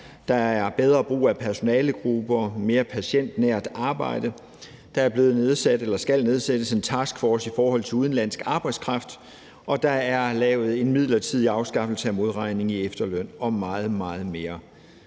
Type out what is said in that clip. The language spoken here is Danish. der er bedre brug af personalegrupper; mere patientnært arbejde; der skal nedsættes en taskforce i forhold til udenlandsk arbejdskraft; og der er lavet en midlertidig afskaffelse af modregning i efterløn – og meget, meget mere.